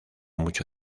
mucho